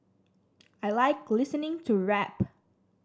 I like listening to rap